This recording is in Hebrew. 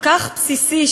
כל כך בסיסי,